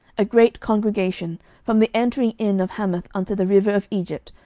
a great congregation from the entering in of hamath unto the river of egypt,